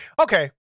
Okay